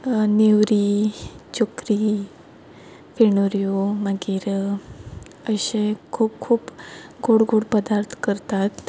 नेवरी चकरी फेणोऱ्यो मागीर अशें खूब खूब गोड गोड पदार्थ करतात